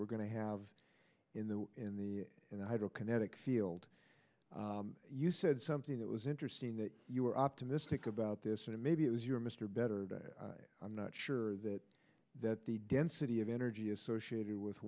we're going to have in the in the in the hydro kinetic field you said something that was interesting that you were optimistic about this and maybe it was your mr better i'm not sure that that the density of energy associated with